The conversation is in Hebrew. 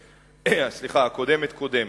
הקודמת-קודמת.